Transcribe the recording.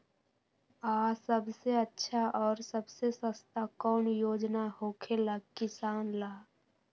आ सबसे अच्छा और सबसे सस्ता कौन योजना होखेला किसान ला?